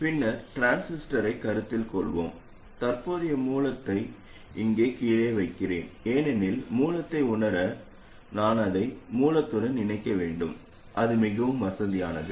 பின்னர் டிரான்சிஸ்டரைக் கருத்தில் கொள்வோம் தற்போதைய மூலத்தை இங்கே கீழே வைக்கிறேன் ஏனெனில் மூலத்தை உணர நான் அதை மூலத்துடன் இணைக்க வேண்டும் அது மிகவும் வசதியானது